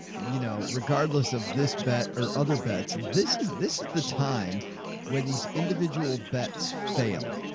you know, regardless of this bet or other bets, this is, this is the time where these individual bets fail,